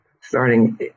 starting